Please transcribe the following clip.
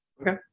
Okay